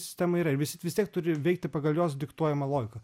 sistema yra ir visi vis tiek turi veikti pagal jos diktuojamą logiką